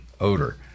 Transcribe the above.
odor